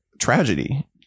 tragedy